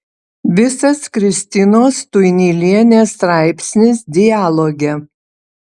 visas kristinos tuinylienės straipsnis dialoge